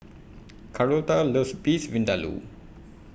Carlota loves Beef Vindaloo